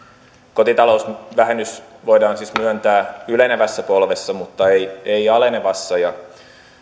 kotitalousvähennys voidaan siis myöntää ylenevässä polvessa mutta ei ei alenevassa ja